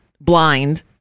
blind